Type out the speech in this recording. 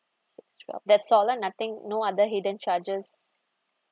that's all not~ nothing no other hidden charges